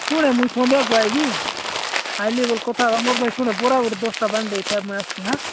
ଶୁଣେ ମୁଇଁ ସନ୍ଧ୍ୟାକୁ ଆଇବି ଆଇଲେ ଭଲକି କଥା ହେବା ମୋ ପାଇଁ ଶୁଣେ ବରା ଗୋଟେ ଦଶଟା ବାନ୍ଧି ଦେଇଥା ମୁଇଁ ଆସୁଛି ହାଁ